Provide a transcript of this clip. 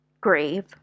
grieve